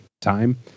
time